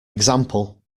example